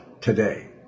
today